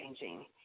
changing